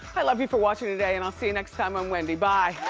i love you for watching today and i'll see you next time on wendy, bye.